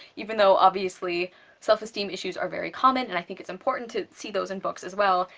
even though obviously self-esteem issues are very common and i think it's important to see those in books as well,